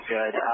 Good